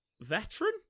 veteran